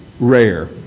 rare